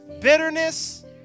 bitterness